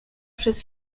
przez